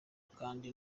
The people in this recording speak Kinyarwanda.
kandi